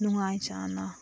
ꯅꯨꯡꯉꯥꯏ ꯆꯥꯟꯅ